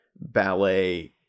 ballet